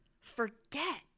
forget